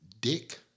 Dick